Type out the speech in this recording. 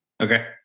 Okay